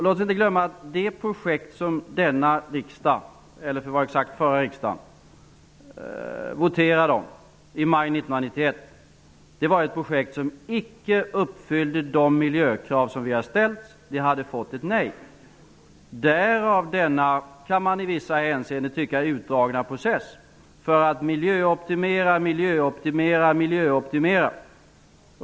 Låt oss inte glömma att det projekt som denna eller för att vara exakt förra riksdagen voterade om i maj 1991 var ett projekt som icke uppfyllde de miljökrav som vi har ställt. Det hade fått ett nej. Därav kommer denna som man i vissa hänseenden kan tycka utdragna process: För att miljöoptimera, miljöoptimera och miljöoptimera.